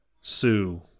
sue